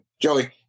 Joey